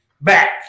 back